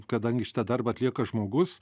kadangi šitą darbą atlieka žmogus